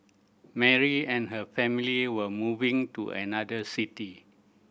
Mary and her family were moving to another city